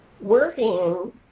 working